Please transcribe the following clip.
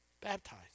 baptized